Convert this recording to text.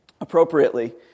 appropriately